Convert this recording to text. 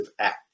act